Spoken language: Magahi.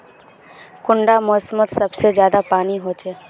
कुंडा मोसमोत सबसे ज्यादा पानी होचे?